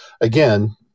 again